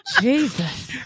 Jesus